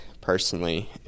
personally